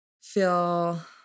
feel